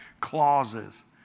clauses